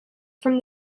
from